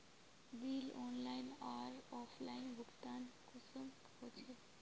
Bill online आर offline भुगतान कुंसम होचे?